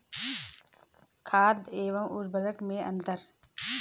खाद एवं उर्वरक में अंतर?